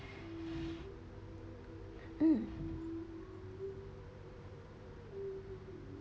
mm